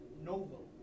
novel